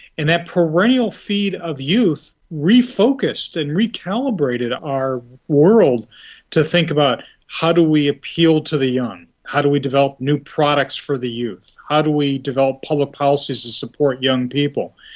in that perennial feed of youth, refocused and recalibrated our world to think about how do we appeal to the young? how do we develop new products for the youth? how do we develop policies to support young people?